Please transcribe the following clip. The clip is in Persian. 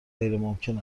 غیرممکن